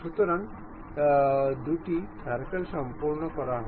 সুতরাং দুটি সার্কেল সম্পন্ন করা হয়